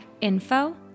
info